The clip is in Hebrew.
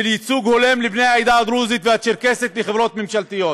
של ייצוג הולם לבני העדה הדרוזית והצ'רקסית בחברות ממשלתיות.